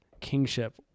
kingship